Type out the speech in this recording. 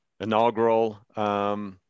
inaugural